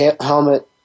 helmet